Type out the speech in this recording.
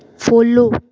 follow